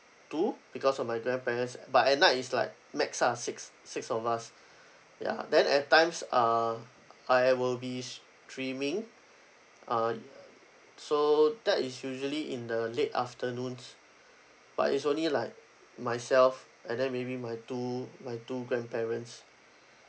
two because of my grandparents a~ but at night is like max ah six six of us ya then at times uh I will be s~ streaming uh so that is usually in the late afternoon but is only like my self and then maybe my two my two grandparents